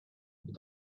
but